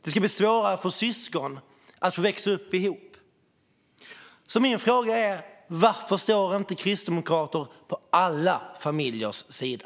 Det ska bli svårare för syskon att få växa upp ihop. Så min fråga är: Varför står inte kristdemokrater på alla familjers sida?